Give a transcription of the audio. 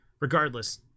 Regardless